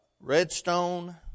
Redstone